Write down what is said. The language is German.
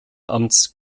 amt